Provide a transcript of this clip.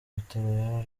bitaro